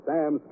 Sam